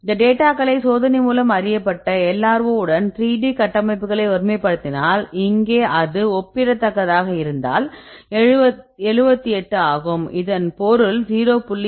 இந்த டேட்டாக்களை சோதனை மூலம் அறியப்பட்ட LRO உடன் 3 D கட்டமைப்புகளை ஒருமைபடுத்தினால் இங்கே அது ஒப்பிடத்தக்கதாக இருந்தால் 78 ஆகும் இதன் பொருள் 0